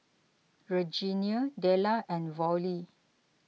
Regenia Della and Vollie